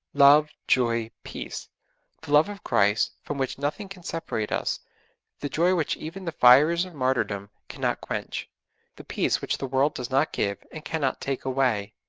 love, joy, peace the love of christ from which nothing can separate us the joy which even the fires of martyrdom cannot quench the peace which the world does not give, and cannot take away.